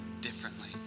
differently